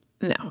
No